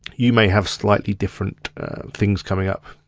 you may have slightly different things coming up.